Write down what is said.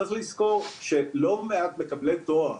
צריך לזכור שלא מעט מקבלי תואר,